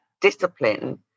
discipline